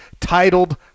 titled